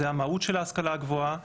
זה המהות של ההשכלה הגבוהה,